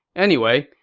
anyway,